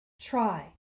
Try